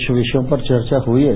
कुछ विषयों पर चर्चा हुई है